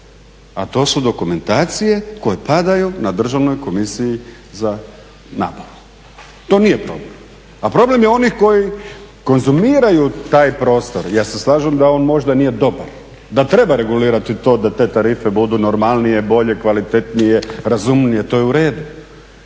a to su dokumentacije koje padaju na Državnoj komisiji za naplatu. To nije problem, a problem je onih koji konzumiraju taj prostor. Ja se slažem da on možda nije dobar, da treba regulirati to da te tarife budu normalnije, bolje, kvalitetnije, razumnije, to je u redu.